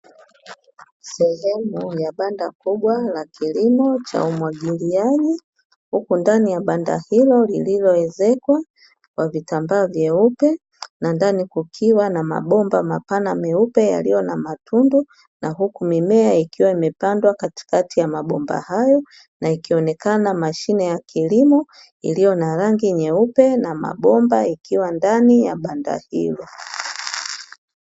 Sehemu ya banda kubwa la kilimo cha umwagiliaji, huku ndani ya banda hilo lililoezekwa kwa vitambaa vyeupe na ndani kukiwa na mabomba mapana meupe yaliyo na matundu na huku mimea ikiwa imepandwa katikati ya mabomba hayo, na ikionekana mashine ya kilimo iliyo na rangi nyeupe na mabomba ikiwa ndani ya banda hilo.